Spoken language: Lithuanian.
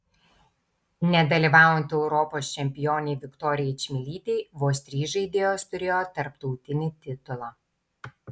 nedalyvaujant europos čempionei viktorijai čmilytei vos trys žaidėjos turėjo tarptautinį titulą